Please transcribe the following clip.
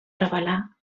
revelar